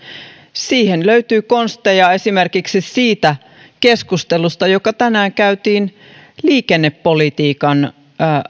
siihen löytyy konsteja esimerkiksi keskustelusta joka tänään käytiin liikennepolitiikan